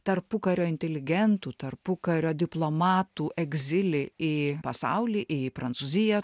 tarpukario inteligentų tarpukario diplomatų egzilį į pasaulį į prancūziją